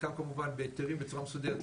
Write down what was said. שחלקם כמובן בהיתרים בצורה מסודרת,